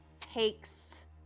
takes